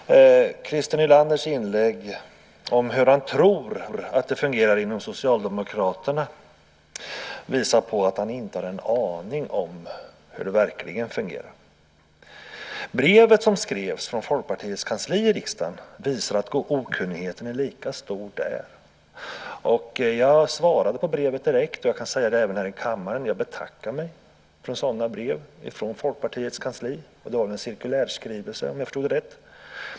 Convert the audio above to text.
Herr talman! Christer Nylanders inlägg om hur han tror att det fungerar inom Socialdemokraterna visar att han inte har en aning om hur det verkligen fungerar. Brevet som skrevs från Folkpartiets kansli i riksdagen visar att okunnigheten är lika stor där. Jag svarade på brevet direkt, och jag kan säga det även här i kammaren: Jag betackar mig för sådana brev från Folkpartiets kansli. Det var en cirkulärskrivelse, om jag förstod det rätt.